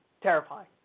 Terrifying